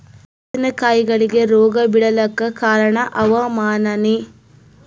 ಮೆಣಸಿನ ಕಾಯಿಗಳಿಗಿ ರೋಗ ಬಿಳಲಾಕ ಕಾರಣ ಹವಾಮಾನನೇ?